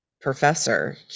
professor